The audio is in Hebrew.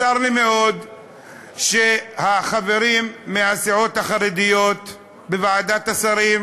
צר לי מאוד שהחברים מהסיעות החרדיות בוועדת השרים